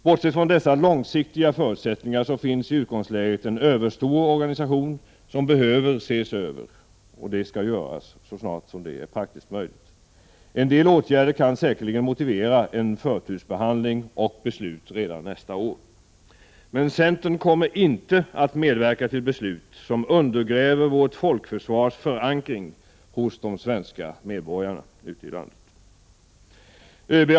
Bortsett från dessa långsiktiga förutsättningar finns i utgångsläget en överstor organisation som behöver ses över, och det skall göras så snart det är praktiskt möjligt. En del åtgärder kan säkerligen motivera en förtursbehandling och ett beslut redan nästa år. Centern kommer dock inte att medverka till beslut som undergräver vårt folkförsvars förankring hos de svenska medborgarna ute i landet.